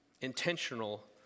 intentional